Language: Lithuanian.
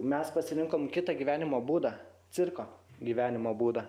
mes pasirinkom kitą gyvenimo būdą cirko gyvenimo būdą